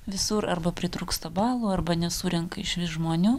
visur arba pritrūksta balų arba nesurenka išvis žmonių